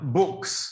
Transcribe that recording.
books